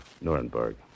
Nuremberg